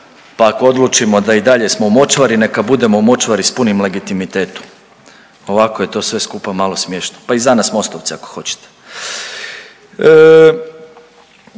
pa ako odlučimo da i dalje smo u močvari neka budemo u močvari sa punim legitimitetom. Ovako je to sve skupa malo smiješno, pa i za nas MOST-ovce ako hoćete.